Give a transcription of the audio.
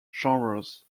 genres